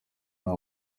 nta